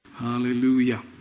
hallelujah